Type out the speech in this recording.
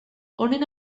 honen